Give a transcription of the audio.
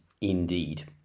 indeed